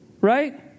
Right